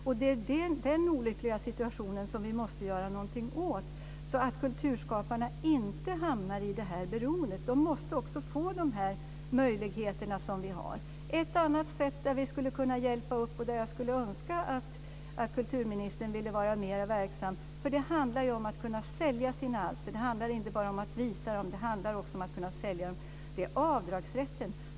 Det är den olyckliga situation vi måste göra något åt, så att kulturskaparna inte hamnar i det här beroendet. De måste också få de möjligheter vi har. Ett annat sätt där vi skulle kunna hjälpa till och där jag skulle önska att kulturministern ville vara mer verksam - för det handlar ju om att kunna sälja sina alster, inte bara om att visa dem utan också om att sälja dem - är avdragsrätten.